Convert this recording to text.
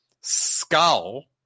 Skull